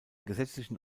gesetzlichen